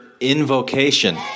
invocation